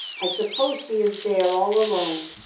i suppose she is there all alone,